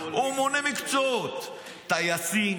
הוא מונה מקצועות: טייסים,